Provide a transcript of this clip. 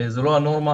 זה ממש לא הנורמה.